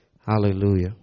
Hallelujah